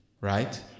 right